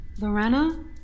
Lorena